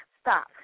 Stop